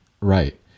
Right